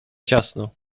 ciasno